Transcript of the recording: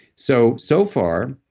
so, so far,